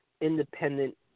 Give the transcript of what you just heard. independent